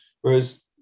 Whereas